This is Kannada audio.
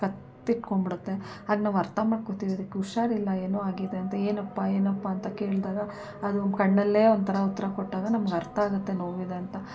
ಕತ್ತಿಟ್ಕೊಂಬಿಡುತ್ತೆ ಆಗ ನಾವು ಅರ್ಥ ಮಾಡ್ಕೋತೀವಿ ಇದಕ್ಕೆ ಹುಷಾರಿಲ್ಲ ಏನೋ ಆಗಿದೆ ಅಂತ ಏನಪ್ಪಾ ಏನಪ್ಪಾ ಅಂತ ಕೇಳಿದಾಗ ಅದು ಕಣ್ಣಲ್ಲೇ ಒಂಥರ ಉತ್ತರ ಕೊಟ್ಟಾಗ ನಮ್ಗೆ ಅರ್ಥ ಆಗುತ್ತೆ ನೋವಿದೆ ಅಂತ